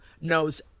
knows